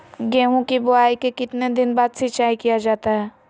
गेंहू की बोआई के कितने दिन बाद सिंचाई किया जाता है?